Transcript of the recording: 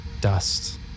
dust